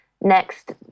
next